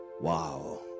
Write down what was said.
Wow